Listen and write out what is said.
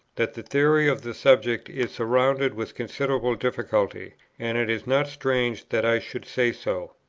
that the theory of the subject is surrounded with considerable difficulty and it is not strange that i should say so,